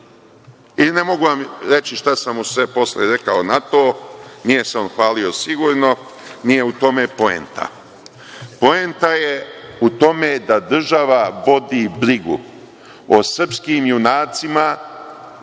Ne mogu vam reći šta sam mu sve posle rekao na to, nije se on hvalio sigurno, nije u tome poenta. Poenta je u tome da država vodi brigu o srpskim junacima